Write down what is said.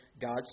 God's